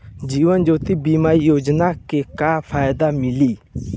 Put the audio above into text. जीवन ज्योति बीमा योजना के का फायदा मिली?